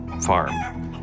farm